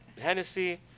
Hennessy